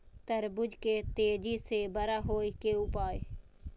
तरबूज के तेजी से बड़ा होय के उपाय?